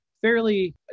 fairly